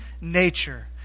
nature